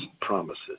promises